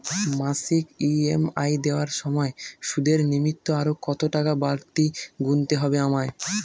মাসিক ই.এম.আই দেওয়ার সময়ে সুদের নিমিত্ত আরো কতটাকা বাড়তি গুণতে হবে আমায়?